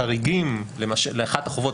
חריגים לאחת החובות,